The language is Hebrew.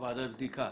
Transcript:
הוקמה ועדת בדיקה.